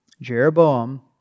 Jeroboam